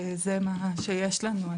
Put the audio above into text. זה מה שיש לנו.